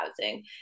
housing